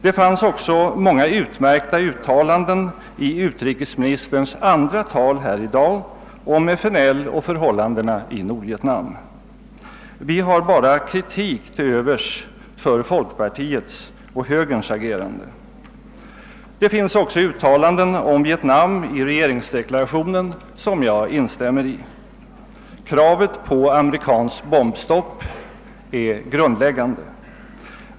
Det fanns också många utmärkta uttalanden i utrikesministerns andra anförande här i dag om FNL och förhållandena i Nordvietnam. Vi har emellertid bara kritik till övers för folkpartiets och högerns agerande. Det finns också uttalanden om Vietnam i regeringsdeklarationen som jag instämmer i. Kravet på amerikanskt bombstopp är grundläggande.